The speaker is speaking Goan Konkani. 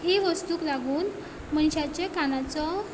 ही वस्तूक लागून मनशाचे कानाचो